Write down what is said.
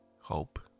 hope